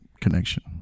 connection